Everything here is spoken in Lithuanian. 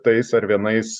tais ar vienais